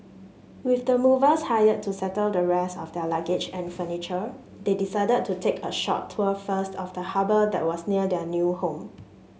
with the movers hired to settle the rest of their luggage and furniture they decided to take a short tour first of the harbour that was near their new home